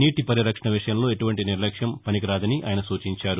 neat పరిరక్షణ విషయంలో ఎటువంటి నిర్లక్ష్యం పనికిరాదని ఆయన సూచించారు